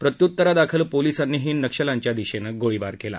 प्रत्युत्तरादाखल पोलिसांनीही नक्षल्यांच्या दिशेनं गोळीबार केला